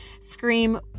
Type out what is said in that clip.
scream